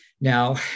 Now